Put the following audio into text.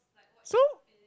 so